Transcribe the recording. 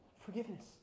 forgiveness